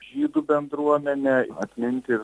žydų bendruomenę atminti ir